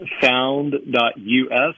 found.us